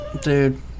Dude